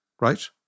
right